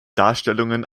darstellungen